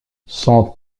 son